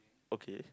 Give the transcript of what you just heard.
okay